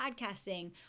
podcasting